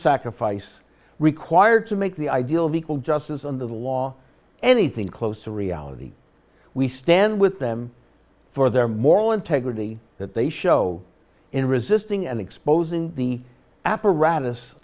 sacrifice required to make the ideal of equal justice under the law anything close to reality we stand with them for their moral integrity that they show in resisting and exposing the apparatus